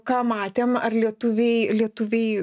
ką matėm ar lietuviai lietuviai